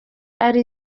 ari